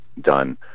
done